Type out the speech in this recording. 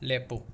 ꯂꯦꯞꯄꯨ